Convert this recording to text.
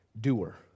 doer